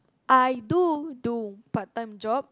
I do do part time job